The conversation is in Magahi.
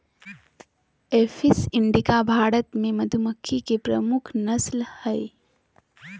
एपिस इंडिका भारत मे मधुमक्खी के प्रमुख नस्ल हय